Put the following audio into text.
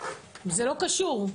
זה לא קשור.